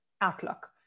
outlook